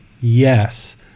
Yes